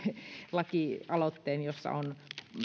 lakialoitteen jossa on